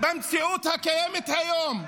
--- במציאות הקיימת היום,